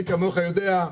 מי כמוך יודע.